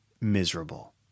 miserable